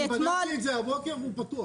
אני בדקתי את זה הבוקר והוא פתוח.